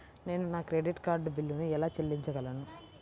నేను నా credit card బిల్లును ఎలా చెల్లించగలను?